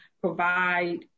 provide